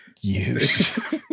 use